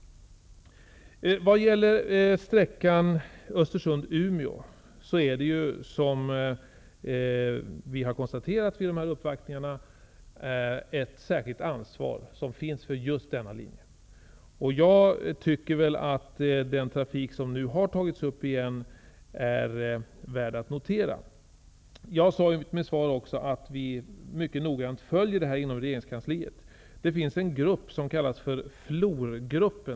Som vi konstaterat vid de uppvaktningar som har ägt rum, finns ett särskilt ansvar för linjen Östersund--Umeå. Jag tycker att det är värt att notera att trafik nu har tagits upp igen. Jag sade också i mitt svar att vi följer detta mycket noggrant inom regeringskansliet. Det finns en grupp som kallas FLOR-gruppen.